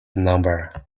number